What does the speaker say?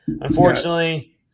Unfortunately